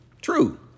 True